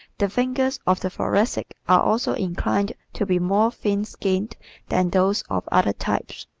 the fingers of the thoracic are also inclined to be more thin-skinned than those of other types.